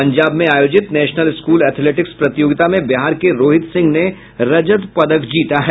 पंजाब में आयोजित national school athletics प्रतियोगिता में बिहार के रोहित सिंह ने रजत पदक जीता है